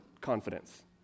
confidence